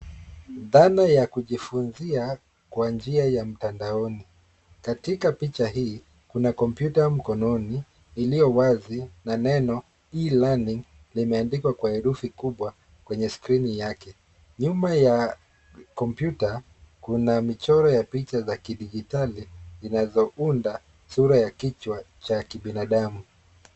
Dhana ya kujifunzia kwa njia ya mtandaoni. Katika picha hii kuna kompyuta mkononi iliyo wazi na neno E-learning limeandikwa kwa herufi kubwa kwenye skrini yake. Nyuma ya kompyuta kuna michoro ya picha za kidijitali inayounda sura ya kichwa cha kibinadamu.